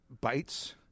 Bites